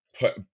put